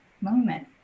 moment